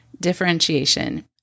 differentiation